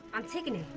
antigone?